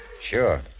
Sure